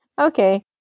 Okay